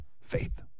Faith